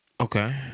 Okay